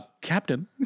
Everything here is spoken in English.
Captain